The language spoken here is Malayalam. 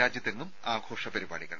രാജ്യത്തെങ്ങും ആഘോഷ പരിപാടികൾ